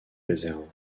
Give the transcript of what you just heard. réserve